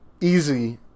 Easy